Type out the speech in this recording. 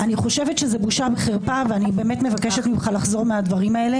אני חושבת שזו בושה וחרפה ומבקשת ממך לחזור בך מהדברים הללו